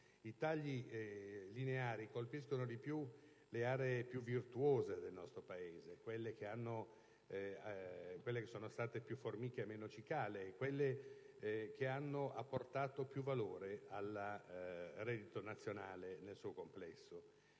i tagli lineari colpiscono maggiormente le aree più virtuose del nostro Paese, quelle che sono state più formiche e meno cicale, quelle che hanno apportato più valore al reddito nazionale nel suo complesso.